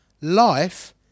Life